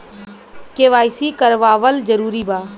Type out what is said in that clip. KYC करवावल जरूरी बा?